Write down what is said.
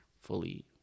fully